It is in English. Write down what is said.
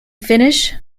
finish